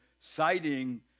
citing